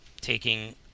taking